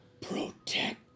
Protect